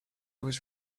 was